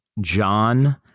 John